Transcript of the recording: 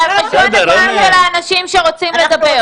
זה על חשבון הזמן של אנשים שרוצים לדבר.